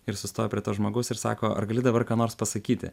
ir sustoja prie to žmogaus ir sako ar gali dabar ką nors pasakyti